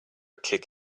kick